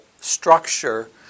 structure